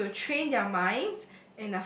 way to train their mind